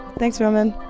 thanks, roman